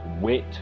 wit